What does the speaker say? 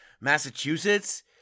Massachusetts